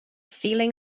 feeling